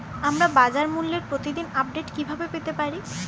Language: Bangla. আমরা বাজারমূল্যের প্রতিদিন আপডেট কিভাবে পেতে পারি?